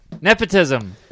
Nepotism